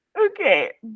Okay